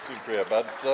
Dziękuję bardzo.